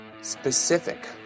specific